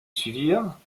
suivirent